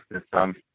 system